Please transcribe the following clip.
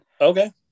Okay